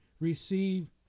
receive